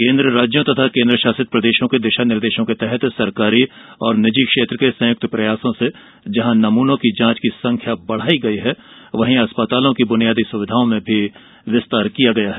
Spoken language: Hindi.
केन्द्र राज्यों तथा केन्द्र शासित प्रदेशों के दिशा निर्देशों के तहत सरकारी और निजी क्षेत्र के संयुक्त प्रयासों से नमूनों की जांच की संख्या बढ़ायी गई हैं और अस्पतालों की बुनियादी सुविधाओं में विस्तार किया गया है